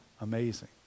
amazing